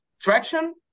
traction